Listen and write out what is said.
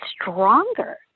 stronger